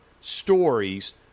stories